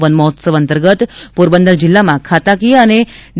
વનમહોત્સવ અંતર્ગત પોરબંદર જિલ્લામાં ખાતાકીય અને ડી